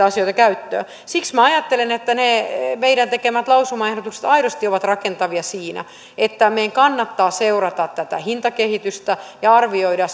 asioita käyttöön siksi minä ajattelen että ne meidän tekemämme lausumaehdotukset aidosti ovat rakentavia siinä että meidän kannattaa seurata tätä hintakehitystä ja arvioida